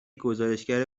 گزارشگر